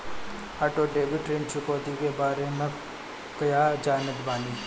Auto debit ऋण चुकौती के बारे में कया जानत बानी?